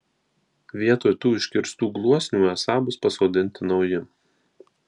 vietoj tų iškirstų gluosnių esą bus pasodinti nauji